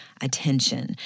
attention